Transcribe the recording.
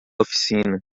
oficina